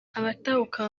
abatahuka